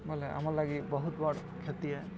ବଲେ ଆମର ଲାଗି ବହୁତ ବଡ଼୍ କ୍ଷତି ଏ